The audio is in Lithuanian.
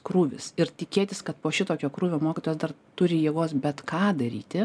krūvis ir tikėtis kad po šitokio krūvio mokytojas dar turi jėgos bet ką daryti